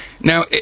Now